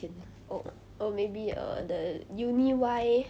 oh oh maybe err the uni Y